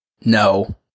No